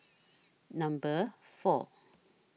Number four